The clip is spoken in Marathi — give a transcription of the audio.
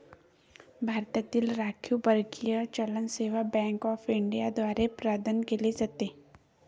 भारतातील राखीव परकीय चलन सेवा बँक ऑफ इंडिया द्वारे प्रदान केले जाते